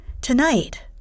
Tonight